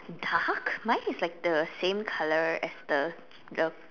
dark mine is like the same colour as the the